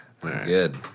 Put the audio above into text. Good